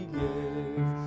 give